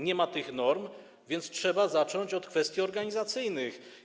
Nie ma tych norm, więc trzeba zacząć od kwestii organizacyjnych.